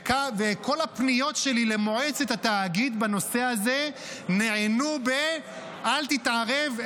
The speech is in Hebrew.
וכל הפניות שלי למועצת התאגיד בנושא הזה נענו באל תתערב,